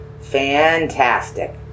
fantastic